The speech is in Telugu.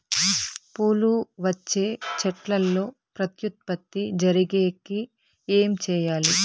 పూలు వచ్చే చెట్లల్లో ప్రత్యుత్పత్తి జరిగేకి ఏమి చేయాలి?